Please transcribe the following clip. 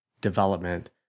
development